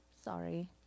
Sorry